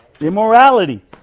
Immorality